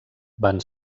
van